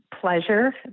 pleasure